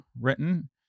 written